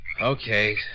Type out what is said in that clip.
Okay